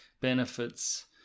benefits